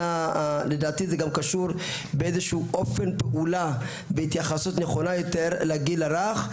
לדעתי זה גם קשור באיזשהו אופן להתייחסות נכונה יותר לגיל הרך,